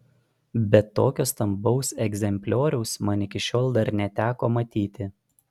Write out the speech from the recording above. bet tokio stambaus egzemplioriaus man iki šiol dar neteko matyti